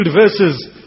verses